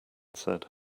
said